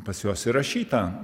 pas juos įrašyta